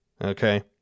Okay